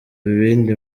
ibindi